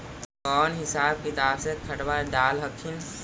कौन हिसाब किताब से खदबा डाल हखिन?